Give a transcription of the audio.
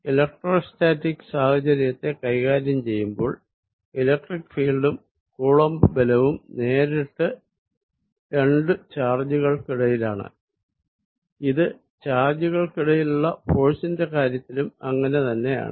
electrostatic സാഹചര്യത്തെ കൈകാര്യം ചെയ്യുമ്പോൾ ഇലക്ട്രിക്ക് ഫീൽഡും കൂളംബ് ബലവും നേരിട്ട് രണ്ടു ചാർജുകൾക്കിടയിലാണ് ഇത് ചാർജുകൾ ക്കിടയിലുള്ള ഫോഴ്സിന്റെ കാര്യത്തിലും അങ്ങിനെ തന്നെയാണ്